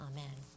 Amen